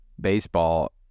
baseball